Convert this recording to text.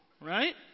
right